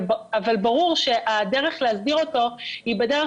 אבל ברור שהדרך להסדיר אותו היא בדרך